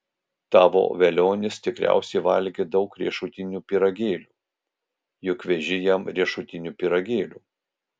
tavo velionis tikriausiai valgė daug riešutinių pyragėlių juk veži jam riešutinių pyragėlių